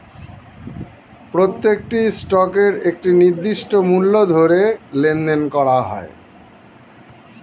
প্রত্যেকটি স্টকের একটি নির্দিষ্ট মূল্য ধরে লেনদেন করা হয়